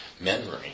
memory